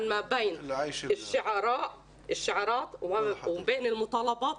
לכל מקום ולכל ילד וילד בכל שכונה ספציפית כדי שהכסף יחולק נכון